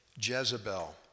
Jezebel